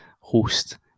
host